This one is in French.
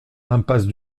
impasse